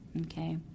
okay